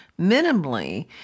minimally